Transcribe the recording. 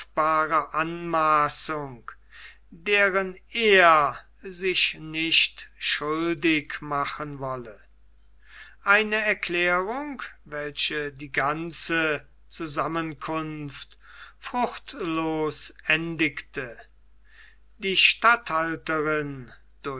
anmaßung deren er sich nicht schuldig machen wolle eine erklärung welche die ganze zusammenkunft fruchtlos